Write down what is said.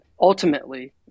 Ultimately